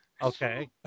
okay